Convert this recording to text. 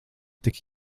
tik